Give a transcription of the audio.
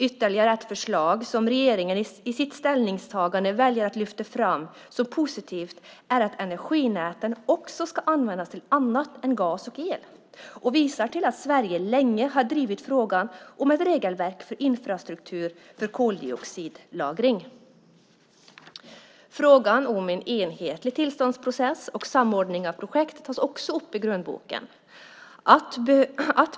Ytterligare ett förslag som regeringen i sitt ställningstagande väljer att lyfta fram som positivt är att energinäten också ska användas till annat än gas och el och visar att Sverige länge har drivit frågan om ett regelverk för infrastruktur för koldioxidlagring. Frågan om en enhetlig tillståndsprocess och samordning av projekt tas också upp i grönboken.